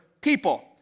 people